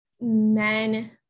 men